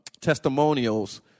testimonials